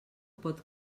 pot